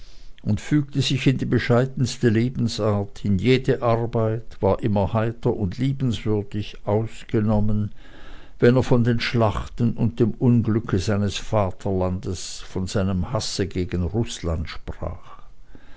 und fügte sich in die bescheidenste lebensart in jede arbeit war immer heiter und liebenswürdig ausgenommen wenn er von den schlachten und dem unglücke seines vaterlandes von seinem hasse gegen rußland sprach